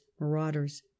marauders